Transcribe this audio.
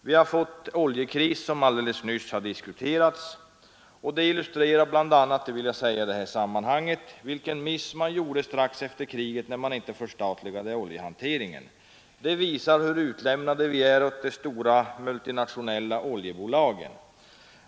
Vi har fått en oljekris, som alldeles nyss har diskuterats, och den illustrerar vilken miss man gjorde strax efter kriget när man inte förstatligade oljehanteringen. Jag vill gärna säga det i detta sammanhang. Krisen visar hur utlämnade vi nu är åt de stora multinationella oljebolagen.